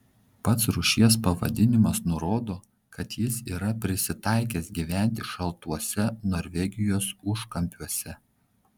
pats rūšies pavadinimas nurodo kad jis yra prisitaikęs gyventi šaltuose norvegijos užkampiuose